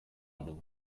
egin